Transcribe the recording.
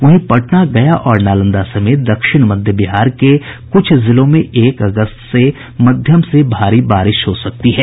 वहीं पटना गया और नालंदा समेत दक्षिण मध्य बिहार के बिहार के कुछ जिलों में एक अगस्त से मध्यम से भारी बारिश हो सकती है